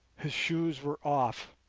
his shoes were off,